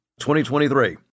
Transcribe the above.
2023